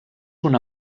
una